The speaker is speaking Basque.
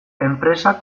enpresak